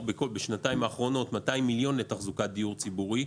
בשנתיים האחרונות הקצינו 200 מיליון לתחזוקת דיור ציבורי,